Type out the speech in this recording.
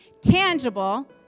tangible